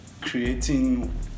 creating